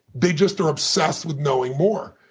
they just are obsessed with knowing more.